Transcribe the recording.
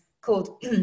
called